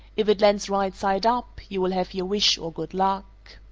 if it lands right side up, you will have your wish or good luck.